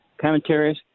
commentaries